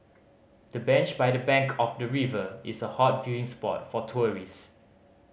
the bench by the bank of the river is a hot viewing spot for tourist